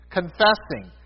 confessing